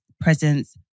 presence